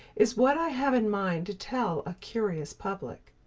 is what i have in mind to tell a curious public.